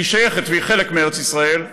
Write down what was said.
כי היא שייכת והיא חלק מארץ ישראל,